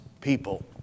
people